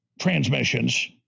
transmissions